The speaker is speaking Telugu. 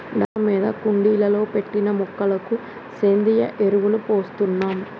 డాబా మీద కుండీలలో పెట్టిన మొక్కలకు సేంద్రియ ఎరువులు పోస్తున్నాం